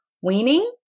weaning